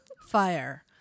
Fire